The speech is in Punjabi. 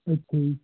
ਅੱਛਾ ਜੀ